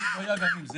אין בעיה גם עם זה.